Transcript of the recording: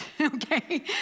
okay